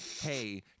hey